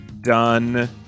done